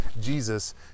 Jesus